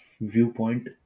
viewpoint